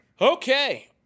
Okay